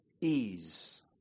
ease